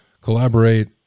collaborate